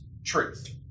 Truth